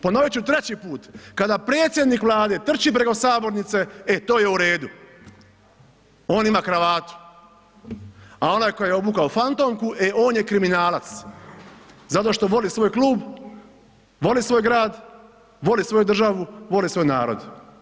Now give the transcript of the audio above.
Ponovit ću treći put, kada predsjednik Vlade trči preko sabornice, e to je u redu, on ima kravatu, a onaj ko je obukao fantomku, e on je kriminalac zato što voli svoj klub, voli svoj grad, voli svoju državu, voli svoj narod.